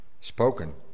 spoken